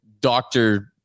doctor